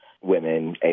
women